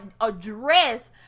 address